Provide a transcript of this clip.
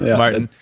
martin,